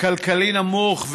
כלכלי נמוך,